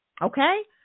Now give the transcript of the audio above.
okay